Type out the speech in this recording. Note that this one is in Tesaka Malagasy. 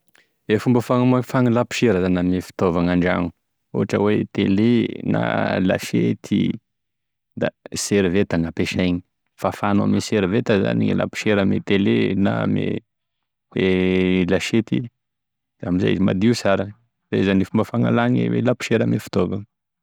E fomba fanome- fangalagny laposiera zany, ame fitaovagny an-dragno, ohatra hoe tele, na lasety da seriveta gn'ampesaigny, fafanao ame seriveta zany e laposiera ame tele na ame lasiety da amizay izy madio sara, izay zany e fomba fangalany laposiera ame fitaovagny.